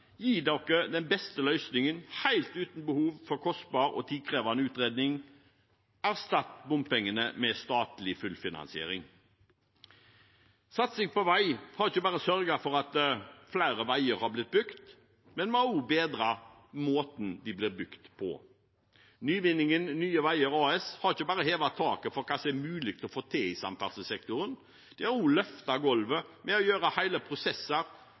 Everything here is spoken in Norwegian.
dere den beste løsningen helt uten behov for kostbar og tidkrevende utredning: Erstatt bompengene med statlig fullfinansiering. Satsing på vei har ikke bare sørget for at flere veier har blitt bygd, men vi har også bedret måten de blir bygd på. Nyvinningen Nye Veier AS har ikke bare hevet taket for hva som er mulig å få til i samferdselssektoren, de har også løftet golvet ved å gjøre hele